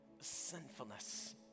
sinfulness